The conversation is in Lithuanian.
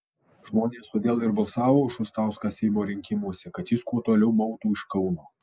žmonės todėl ir balsavo už šustauską seimo rinkimuose kad jis kuo toliau mautų iš kauno